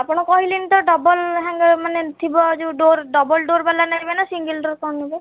ଆପଣ କହିଲେଣି ତ ଡବଲ୍ ମାନେ ଥିବ ଯେଉଁ ଡୋର୍ ଡବଲ୍ ଡୋର୍ ବାଲା ନେବେ ନା ସିଙ୍ଗଲ୍ ଡୋର୍ କ'ଣ ନେବେ